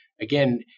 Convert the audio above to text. again